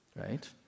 right